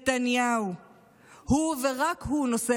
היום אותו אדם שמתיימר להוביל את המחנה הלאומי הוא אבי אבות השיסוי